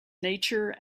nature